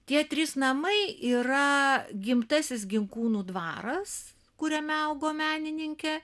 tie trys namai yra gimtasis ginkūnų dvaras kuriame augo menininkė